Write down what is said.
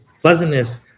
pleasantness